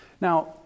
Now